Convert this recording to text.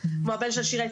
צריך לשלוח לו את הקטע הזה.